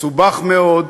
מסובך מאוד,